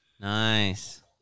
Nice